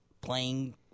playing